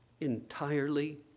entirely